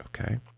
Okay